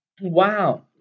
Wow